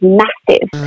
massive